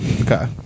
Okay